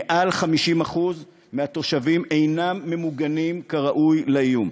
מעל 50% מהתושבים אינם ממוגנים כראוי מפני האיום.